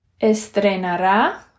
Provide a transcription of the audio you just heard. estrenará